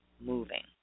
moving